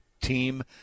team